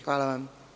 Hvala vam.